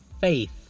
faith